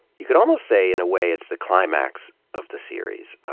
you could almost say, in a way, it's the climax of the series.